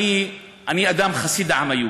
אני חסיד העם היהודי,